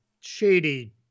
shady